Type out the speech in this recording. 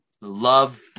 love